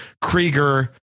Krieger